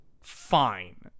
fine